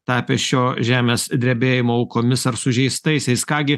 tapę šio žemės drebėjimo aukomis ar sužeistaisiais ką gi